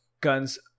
Guns